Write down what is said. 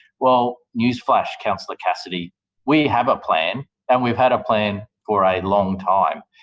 well, newsflash, councillor cassidy we have a plan, and we've had a plan for a long time.